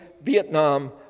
Vietnam